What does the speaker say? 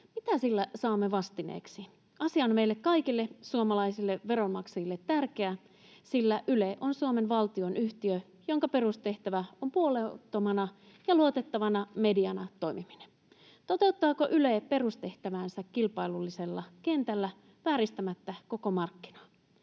Mitä sillä saamme vastineeksi? Asia on meille kaikille suomalaisille veronmaksajille tärkeä, sillä Yle on Suomen valtionyhtiö, jonka perustehtävä on puolueettomana ja luotettavana mediana toimiminen. Toteuttaako Yle perustehtäväänsä kilpailullisella kentällä vääristämättä koko markkinaa?